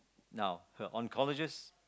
now her on colleges